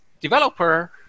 developer